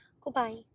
Goodbye